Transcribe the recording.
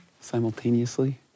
simultaneously